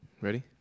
Ready